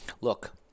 look